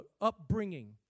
upbringing